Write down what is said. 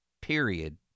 Period